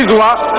la